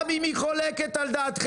גם אם היא חולקת על דעתכם,